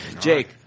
Jake